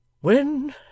When